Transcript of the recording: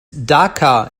dhaka